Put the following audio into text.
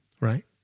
right